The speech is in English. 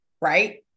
right